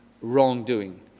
wrongdoing